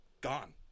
gone